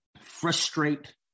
frustrate